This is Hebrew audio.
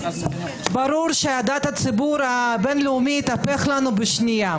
ברור שאהדת הציבור הבין-לאומי תתהפך לנו בשנייה.